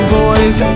boys